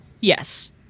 Yes